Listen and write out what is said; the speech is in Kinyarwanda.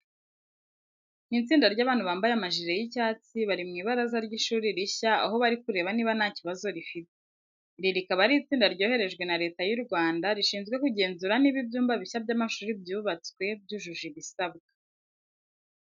Ni itsinda ry'abantu bambaye amajire y'icyatsi, bari mu ibaraza ry'ishuri rishya aho bari kureba niba nta kibazo rifite. Iri rikaba ari itsinda ryoherejwe na Leta y'u Rwanda rishinzwe kugenzura niba ibyumba bishya by'amashuri byubatswe byujuje ibisabwa.